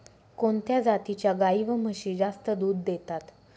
कोणत्या जातीच्या गाई व म्हशी जास्त दूध देतात?